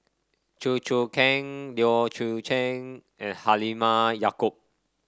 Chew Choo Keng Leu Yew Chye and Halimah Yacob